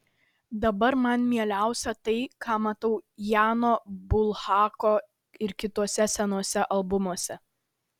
dabar man mieliausia tai ką matau jano bulhako ir kituose senuose albumuose